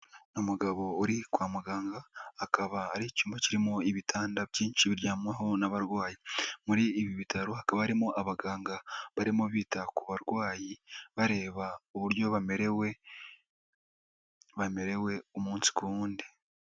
Umugabo uri kwa muganga akaba ari icyumba kirimo ibitanda byinshi biryamwaho n'abarwayi, muri ibi bitaro hakaba harimo abaganga barimo bita ku barwayi bareba uburyo bamerewe umunsi ku wundi.